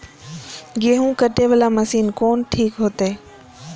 गेहूं कटे वाला मशीन कोन ठीक होते?